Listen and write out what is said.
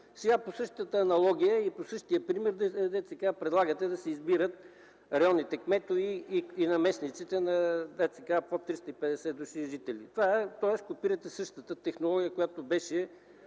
сега по същата аналогия и по същия пример предлагате да се избират районните кметове и наместниците под 350 души жители. Копирате същата технология, която беше